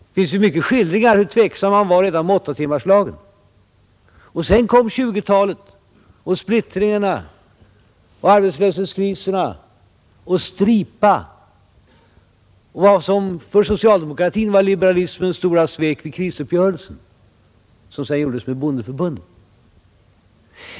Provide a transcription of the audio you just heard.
Det finns många skildringar av hur tveksam man var redan om åttatimmarslagen. Sedan kom 1920-talet och splittringarna, arbetslöshetskriserna och Stripa och vad som för socialdemokratin var liberalismens stora svek vid krisuppgörelsen, som sedan gjordes med bondeförbundet.